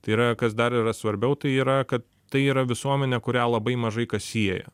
tai yra kas dar yra svarbiau tai yra kad tai yra visuomenė kurią labai mažai kas sieja